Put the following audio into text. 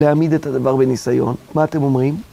להעמיד את הדבר בניסיון, מה אתם אומרים?